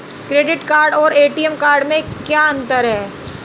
Credit card और ATM card में क्या अंतर है?